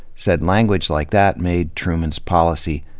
said language like that made truman's policy,